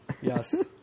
yes